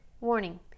Warning